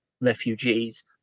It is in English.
refugees